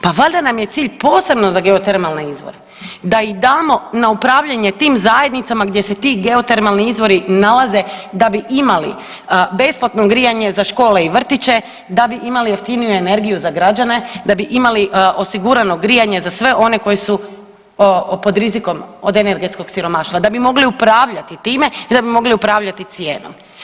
Pa valjda nam je cilj posebno za geotermalne izvore da im damo na upravljanje tim zajednicama gdje se ti geotermalni izvori nalaze da bi imali besplatno grijanje za škole i vrtiće, da bi imali jeftiniju energiju za građane, da bi imali osigurano grijanje za sve one koji su pod rizikom od energetskog siromaštva, da bi mogli upravljati time i da bi mogli upravljati cijenom.